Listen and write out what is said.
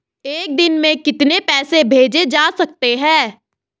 एक दिन में कितने पैसे भेजे जा सकते हैं?